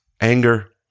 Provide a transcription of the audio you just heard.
anger